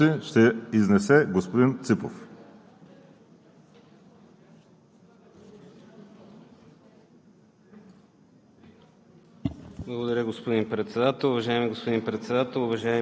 Доклада за първо гласуване на Комисията по правни въпроси ще ни запознае господин Ципов.